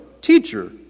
teacher